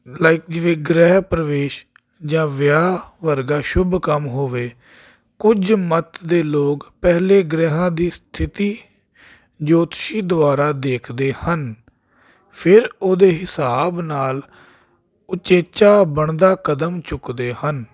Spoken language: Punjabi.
ਲਾਈਕ ਜਿਵੇਂ ਗ੍ਰਹਿ ਪ੍ਰਵੇਸ਼ ਜਾਂ ਵਿਆਹ ਵਰਗਾ ਸ਼ੁਭ ਕੰਮ ਹੋਵੇ ਕੁਝ ਮੱਤ ਦੇ ਲੋਕ ਪਹਿਲਾਂ ਗ੍ਰਹਿਆਂ ਦੀ ਸਥਿਤੀ ਜੋਤਸ਼ੀ ਦੁਆਰਾ ਦੇਖਦੇ ਹਨ ਫਿਰ ਉਹਦੇ ਹਿਸਾਬ ਨਾਲ ਉਚੇਚਾ ਬਣਦਾ ਕਦਮ ਚੁੱਕਦੇ ਹਨ